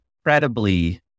incredibly